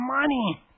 money